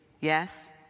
Yes